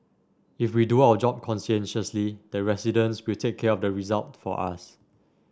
if we do our job conscientiously the residents will take care of the result for us